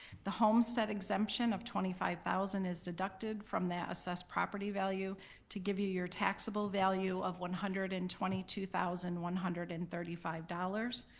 the homestead exemption of twenty five thousand is deducted from that assessed property value to give you your taxable value of one hundred and twenty two thousand one hundred and thirty five dollars.